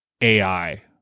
AI